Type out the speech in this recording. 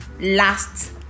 last